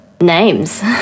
names